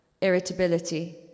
Irritability